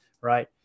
right